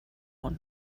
und